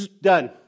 done